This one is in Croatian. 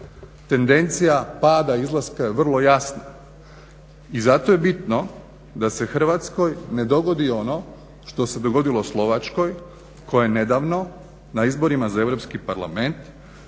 Tendencija pada izlaska je vrlo jasna i zato je bitno da se Hrvatskoj ne dogodi ono što se dogodilo Slovačkoj koja je nedavno na izborima za Europski parlament